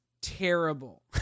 terrible